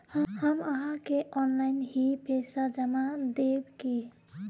हम आहाँ के ऑनलाइन ही पैसा जमा देब की?